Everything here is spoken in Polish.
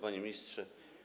Panie Ministrze!